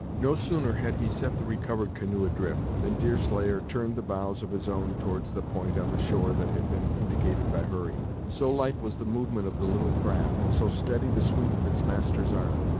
no sooner had he set the recovered canoe adrift, than deerslayer turned the bows of his own towards the point on the shore that had been indicated by hurry. so light was the movement of the little craft, and so steady the sweep of its master's arm,